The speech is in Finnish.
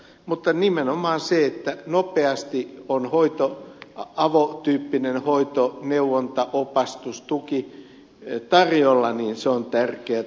mutta nimenomaan se että nopeasti on avotyyppinen hoito neuvonta opastus tuki tarjolla on tärkeätä